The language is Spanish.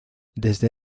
desde